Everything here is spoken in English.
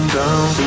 down